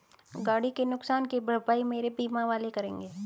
गाड़ी के नुकसान की भरपाई मेरे बीमा वाले करेंगे